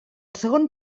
segon